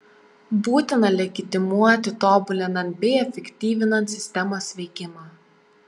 būtina legitimuoti tobulinant bei efektyvinant sistemos veikimą